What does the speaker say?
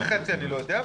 חצי אני לא יודע,